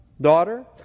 daughter